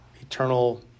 eternal